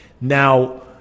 Now